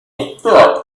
thought